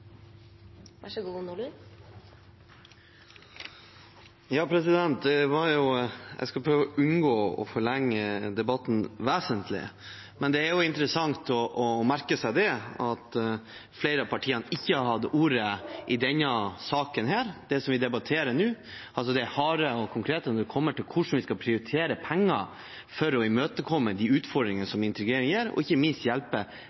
det. Jeg skal prøve å unngå å forlenge debatten vesentlig, men det er interessant å merke seg at flere av partiene ikke har tatt ordet i denne saken, hvor vi debatterer det harde og konkrete når det kommer til hvordan vi skal prioritere penger for å imøtekomme de utfordringene som integreringen gir, og ikke minst for å hjelpe